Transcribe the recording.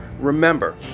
Remember